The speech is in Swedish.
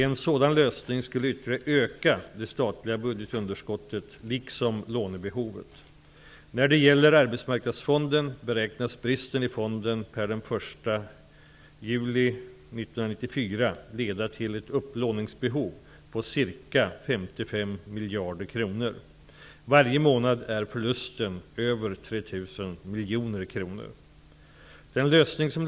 En sådan lösning skulle ytterligare öka det statliga budgetunderskottet liksom lånebehovet. När det gäller arbetsmarknadsfonden beräknas bristen i fonden per den 1 juli 1994 leda till ett upplåningsbehov på ca 55 miljarder kronor. Varje månad är förlusten över 3 miljarder kronor.